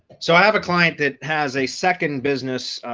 so i have a client that has a second business.